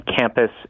campus